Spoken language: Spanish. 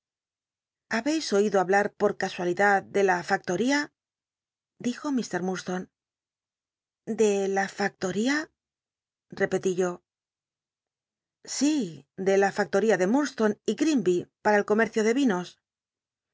beis oído hablar poi casualidad de la factoría dijo ilr lllurd lonc de la factoría repetí yo si de la factoría de ilurdstone y grinby para el comercio de inos